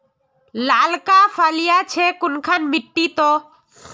लालका फलिया छै कुनखान मिट्टी त?